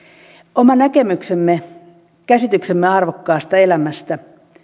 oma näkemyksemme käsityksemme arvokkaasta elämästä